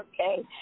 Okay